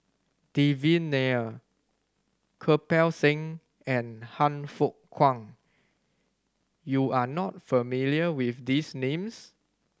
Devan Nair Kirpal Singh and Han Fook Kwang you are not familiar with these names